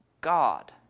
God